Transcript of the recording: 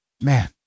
man